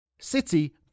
City